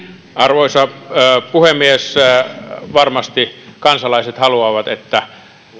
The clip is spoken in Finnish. arvoisa puhemies varmasti kansalaiset haluavat että